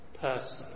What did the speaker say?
person